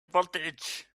voltage